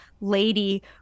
lady